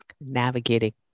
navigating